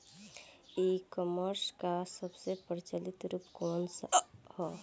ई कॉमर्स क सबसे प्रचलित रूप कवन सा ह?